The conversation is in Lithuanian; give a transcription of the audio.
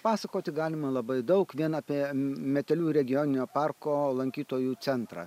pasakoti galima labai daug vien apie metelių regioninio parko lankytojų centrą